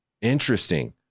Interesting